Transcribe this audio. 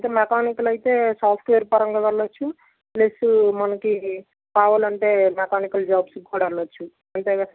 అంటే మెకానికల్ అయితే సాఫ్ట్వేర్ వెళ్ళొచ్చు ప్లస్ మనకి కావాలంటే మెకానికల్ జాబ్స్ కూడా వెళ్ళొచ్చు అంతేగా సార్